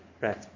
Right